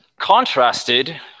contrasted